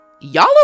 Y'all